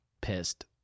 Pissed